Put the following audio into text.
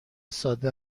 ساده